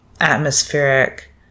atmospheric